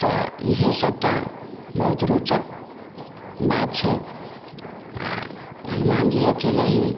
तऽ इएह सभटा बहुत रोचक बात छै आ हनुमान जी अकेले ही